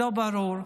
לא ברור.